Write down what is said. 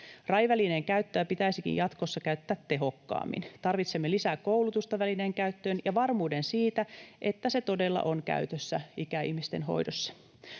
RAI-välinettä pitäisikin jatkossa käyttää tehokkaammin. Tarvitsemme lisää koulutusta välineen käyttöön ja varmuuden siitä, että se todella on käytössä ikäihmisten hoidossa.